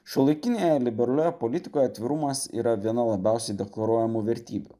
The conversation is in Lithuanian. šiuolaikinėje liberalioje politikoje atvirumas yra viena labiausiai deklaruojamų vertybių